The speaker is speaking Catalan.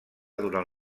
durant